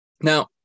Now